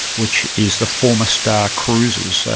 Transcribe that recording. which is the former star cruises.